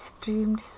streamed